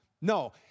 No